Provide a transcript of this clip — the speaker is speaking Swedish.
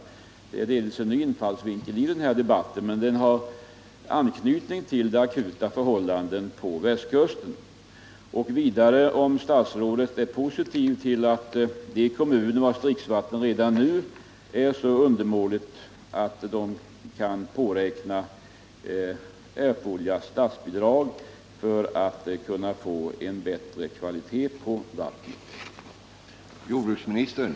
Detta är delvis en ny infallsvinkel i den här debatten, men det anknyter till de akuta förhållandena på västkusten. Jag skulle vidare vilja fråga om statsrådet är positiv till att de kommuner, vilkas dricksvatten nu visat sig vara så undermåligt, kan påräkna erforderligt statsbidrag för att åstadkomma en bättre kvalitet på vattnet.